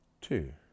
Two